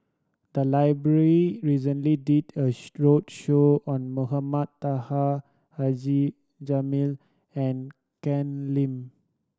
the library recently did a roadshow on Mohamed Taha Haji Jamil and Ken Lim